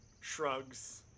shrugs